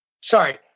sorry